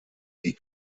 die